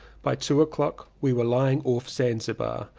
by two o'clock we were lying off zanzibar,